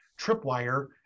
tripwire